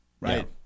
right